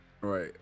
Right